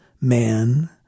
man